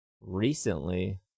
recently